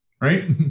Right